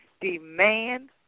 Demand